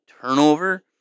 turnover